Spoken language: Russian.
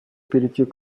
перейти